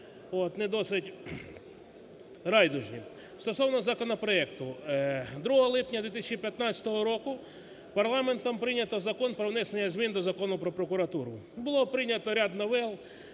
не досить райдужні. Стосовно законопроекту. Другого липня 2015 року парламентом прийнято Закон про внесення змін до Закону про прокуратуру. Було прийнято ряд новел,